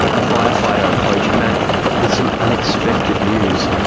a firefighter approached matt with some unexpected news.